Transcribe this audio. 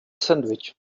sandwich